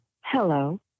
Hello